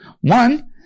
One